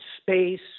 space